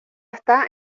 está